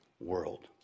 world